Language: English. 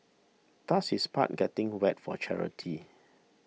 does his part getting wet for charity